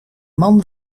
man